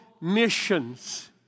missions